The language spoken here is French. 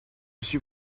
suis